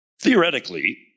theoretically